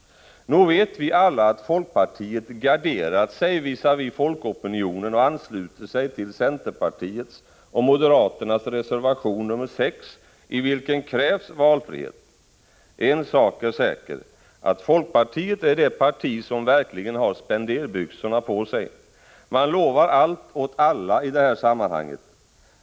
Nog vet vi alla att folkpartiet garderat sig visavi folkopinionen och ansluter sig till centerpartiets och moderaternas reservation nr 6, i vilken krävs valfrihet. En sak är säker: att folkpartiet är det parti som verkligen har spenderbyxorna på sig. Man lovar allt åt alla i det här sammanhanget.